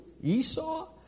Esau